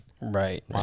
right